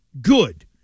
good